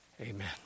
Amen